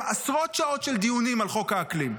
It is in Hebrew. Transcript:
קיים עשרות שעות של דיונים על חוק האקלים.